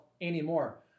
anymore